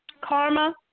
Karma